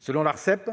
Selon l'Arcep,